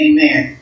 Amen